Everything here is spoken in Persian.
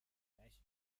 ایدهاش